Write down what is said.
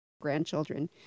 grandchildren